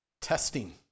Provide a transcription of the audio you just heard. Testing